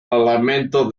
elemento